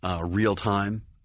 real-time